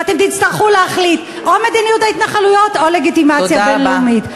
ואתם תצטרכו להחליט: או מדיניות ההתנחלויות או לגיטימציה בין-לאומית.